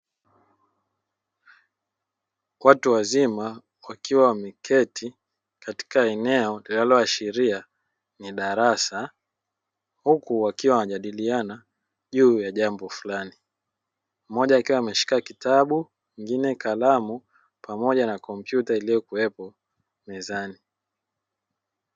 Watu wazima wakiwa wameketi katika eneo linaloashiria ni darasa huku wakiwa wanajadiliana juu ya jambo fulani, mmoja akiwa ameshika kitabu mwingine kalamu pamoja na kompyuta iliyokuwepo mezani.